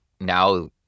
now